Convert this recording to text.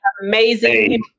amazing